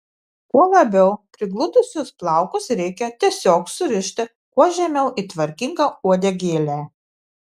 kuo labiau prigludusius plaukus reikia tiesiog surišti kuo žemiau į tvarkingą uodegėlę